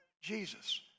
Jesus